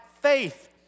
faith